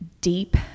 deep